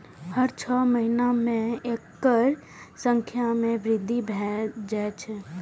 हर छह महीना मे एकर संख्या मे वृद्धि भए जाए छै